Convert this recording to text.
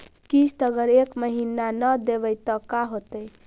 किस्त अगर एक महीना न देबै त का होतै?